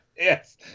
Yes